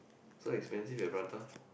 so expensive that prata